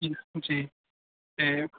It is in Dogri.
जी ते